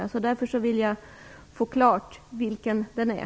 Därför vill jag få klart vilken den är.